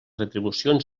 retribucions